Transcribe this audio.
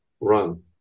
run